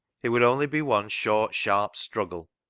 it would only be one short, sharp struggle.